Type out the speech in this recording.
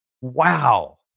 Wow